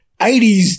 80s